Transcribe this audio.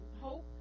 Hope